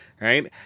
right